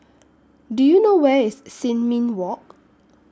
Do YOU know Where IS Sin Ming Walk